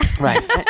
Right